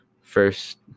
first